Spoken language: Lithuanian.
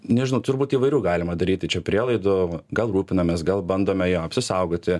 nežinau turbūt įvairių galima daryti čia prielaidų gal rūpinamės gal bandome jo apsisaugoti